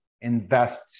invest